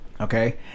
okay